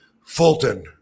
Fulton